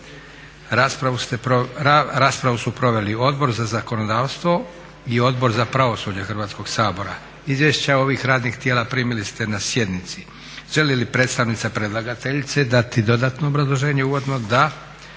Raspravu su proveli Odbor za zakonodavstvo i Odbor za pravosuđe Hrvatskog sabora. Izvješća ovih radnih tijela primili ste na sjednici. Želi li predstavnica predlagateljice dati dodatno obrazloženje uvodno? Da.